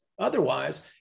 Otherwise